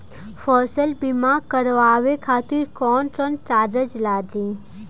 फसल बीमा करावे खातिर कवन कवन कागज लगी?